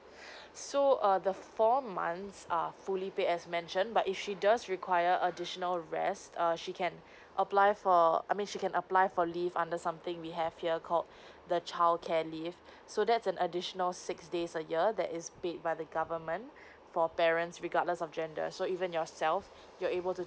so err the four months are fully paid as mentioned but if she does require additional rest err she can apply for I mean she can apply for leave under something we have hear called the childcare leave so that's an additional six days a year that is paid by the government for parents regardless of gender so even yourself you're able to